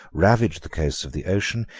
ravaged the coasts of the ocean,